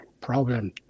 problem